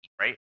right